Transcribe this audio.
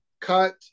cut